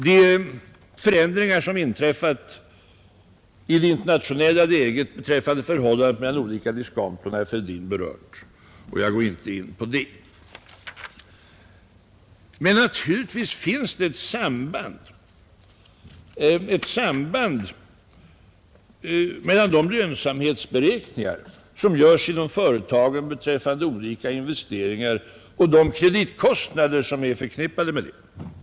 De förändringar som inträffat i det internationella läget beträffande förhållandet mellan olika diskonton har herr Fälldin berört; jag går inte in på det. Men jag vill säga att det naturligtvis finns ett samband mellan de lönsamhetsberäkningar som görs inom företagen beträffande olika investeringar och de kreditkostnader som är förknippade med dem.